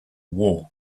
war